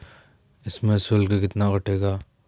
इसमें शुल्क कितना कटेगा?